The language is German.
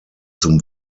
zum